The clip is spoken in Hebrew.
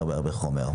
מדובר בהרבה הרבה חומר.